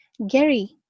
Gary